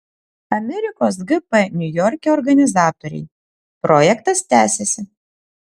amerikos gp niujorke organizatoriai projektas tęsiasi